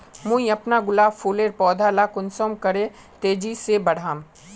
मुई अपना गुलाब फूलेर पौधा ला कुंसम करे तेजी से बढ़ाम?